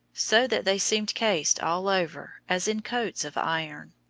so that they seemed cased all over as in coats of iron.